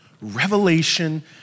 revelation